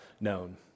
known